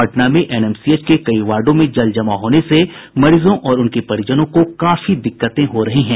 पटना में एनएमसीएच के कई वार्डो में जल जमाव हो जाने से मरीजों और उनके परिजनों को काफी दिक्कतें हो रही हैं